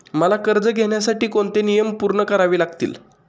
मला कर्ज घेण्यासाठी कोणते नियम पूर्ण करावे लागतील?